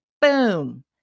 boom